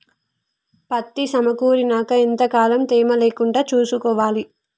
పత్తి సమకూరినాక ఎంత కాలం తేమ లేకుండా చూసుకోవాలి?